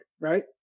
right